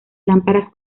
lámparas